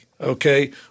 okay